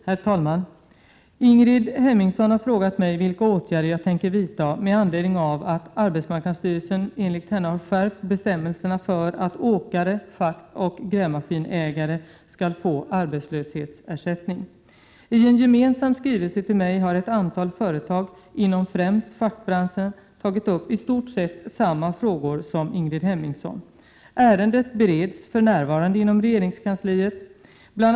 Herr talman! Ingrid Hemmingsson har frågat mig vilka åtgärder jag tänker vidta med anledning av att arbetsmarknadsstyrelsen, AMS, enligt henne har skärpt bestämmelserna för att åkare samt schaktoch grävmaskinsägare skall få arbetslöshetsersättning. I en gemensam skrivelse till mig har ett antal företag inom främst schaktbranschen tagit uppi stort sett samma frågor som Ingrid Hemmingsson har ställt. Ärendet bereds för närvarande inom regeringskansliet. Bl.